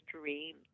dream